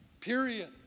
Period